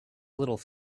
little